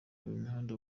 imihanda